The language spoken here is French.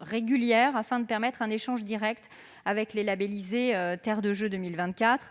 régulièrement afin de permettre un échange direct avec les labellisés « Terre de Jeux 2024 ».